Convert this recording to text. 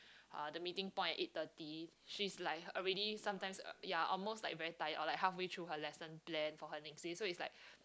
uh the meeting point at eight thirty she's like already sometimes ya almost like very tired or like halfway through her lesson plan for her next day so it's like